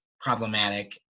problematic